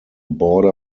border